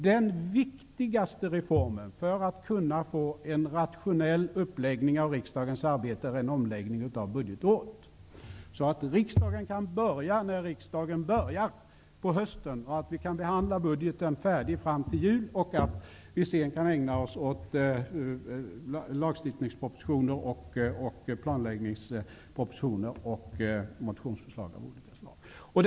Den viktigaste reformen för att kunna få en rationell uppläggning av riksdagens arbete är en omläggning av budgetåret, så att riksdagen kan börja behandlingen av budgeten när riksmötet börjar på hösten. Då kan budgetbehandlingen vara färdig till jul, och sedan kan riksdagen ägna sig åt lagstiftningspropositioner, planläggningspropositioner och motionsförslag av olika slag.